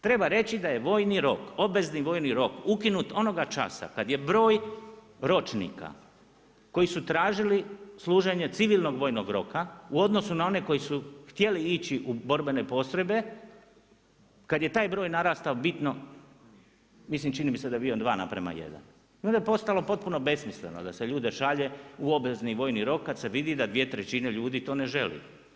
Treba reći da je vojni rok, obvezni vojni rok, ukinut onog časa kada je broj ročnika koji su tražili služenje civilnog vojnog roka, u odnosu na one koji su htjeli ići u borbene postrojbe, kad je taj broj narastao bitno, mislim, čini mi se da je bio 2 naprama 1. I onda je postalo potpuno besmisleno da se ljude šalje u obvezni vojni rok kad se vidi da 2/3 ljudi to ne želi.